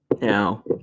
now